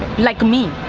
like me.